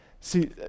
See